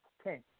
Okay